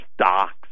stocks